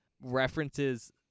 references